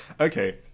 Okay